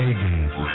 A-game